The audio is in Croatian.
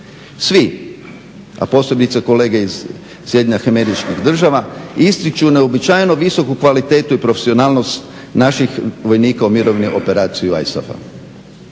Svi, a posebice kolege iz SAD-a, ističu neuobičajeno visoku kvalitetu i profesionalnost naših vojnika u mirovnim operacijama ISAF-a.